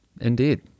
indeed